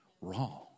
wrong